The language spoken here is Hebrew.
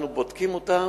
אנחנו בודקים אותם,